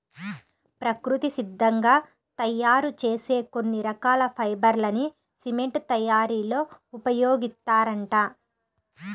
ప్రకృతి సిద్ధంగా తయ్యారు చేసే కొన్ని రకాల ఫైబర్ లని సిమెంట్ తయ్యారీలో ఉపయోగిత్తారంట